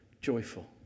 joyful